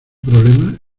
problema